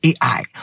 AI